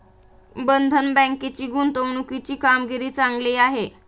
बंधन बँकेची गुंतवणुकीची कामगिरी चांगली आहे